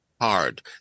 hard